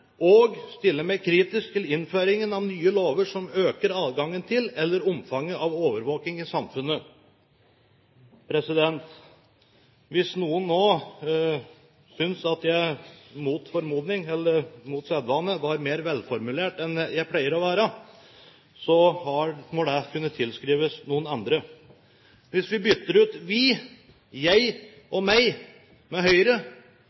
og stille meg kritisk til innføringen av nye lover som øker adgangen til eller omfanget av overvåking i samfunnet. Hvis noen nå synes at jeg mot formodning – eller mot sedvane – var mer velformulert enn jeg pleier å være, må det tilskrives noen andre. Hvis vi bytter ut «vi», «jeg» og «meg» med «Høyre», kunne dette vært et sitat fra Høyres program. Jeg